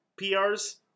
PRs